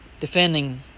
defending